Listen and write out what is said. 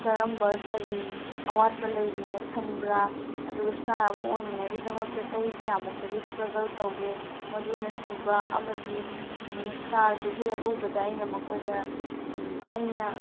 ꯀꯔꯝꯕ ꯀꯔꯤ ꯑꯋꯥꯠꯄ ꯂꯩꯔꯤꯅ ꯈꯟꯕ꯭ꯔꯥ ꯑꯗꯨꯒ ꯏꯁꯇꯥꯔ ꯑꯃ ꯑꯣꯏꯅꯤꯡꯉꯥꯏꯒꯤꯗꯃꯛꯇ ꯆꯍꯤ ꯀꯌꯥꯃꯨꯛꯇꯒꯤ ꯏꯁꯇ꯭ꯔꯒꯜ ꯇꯧꯒꯦ ꯃꯗꯨꯅ ꯆꯤꯡꯕ ꯑꯃꯗꯤ ꯏꯁꯇꯥꯔꯗꯨꯕꯨ ꯍꯦꯛ ꯎꯕꯗ ꯑꯩꯅ ꯃꯈꯣꯏꯗ ꯑꯩꯅ